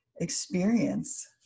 experience